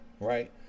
Right